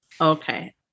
Okay